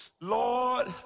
Lord